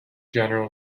general